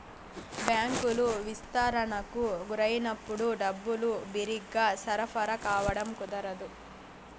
బ్యాంకులు విస్తరణకు గురైనప్పుడు డబ్బులు బిరిగ్గా సరఫరా కావడం కుదరదు